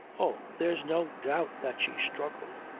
oh! there's no doubt that she struggled,